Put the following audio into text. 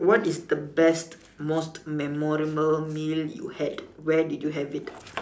what is the best most memorable meal you had where did you have it